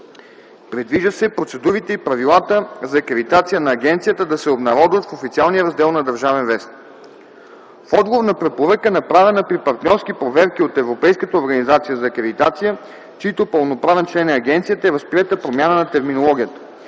Предвижда се процедурите и правилата за акредитация на агенцията да се обнародват в официалния раздел на „Държавен вестник”. В отговор на препоръка, направена при партньорски проверки от Европейската организация за акредитация, чийто пълноправен член е агенцията, е възприета промяна на терминологията.